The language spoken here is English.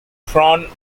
frown